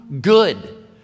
good